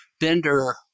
Bender